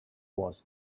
was